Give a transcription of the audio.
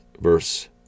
verse